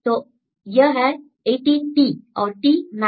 तो यह है 18 T और T मैच